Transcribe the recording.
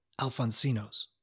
Alfonsinos